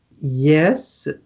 Yes